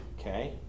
Okay